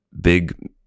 big